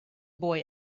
boy